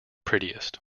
prettiest